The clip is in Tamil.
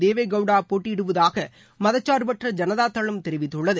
தேவே கவுடா போட்டியிடுவதாக மதசாா்பற்ற ஜனதாதளம் தெரிவித்துள்ளது